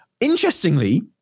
interestingly